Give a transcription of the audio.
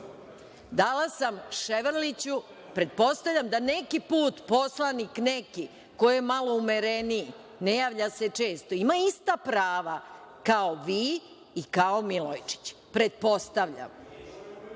sam reč Ševarliću. Pretpostavljam da neki put poslanik neki koji je malo umereniji, ne javlja se često, ima ista prava kao vi i kao Milojičić, pretpostavljam.